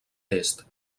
est